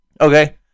Okay